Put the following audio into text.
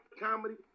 comedy